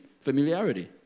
familiarity